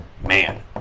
man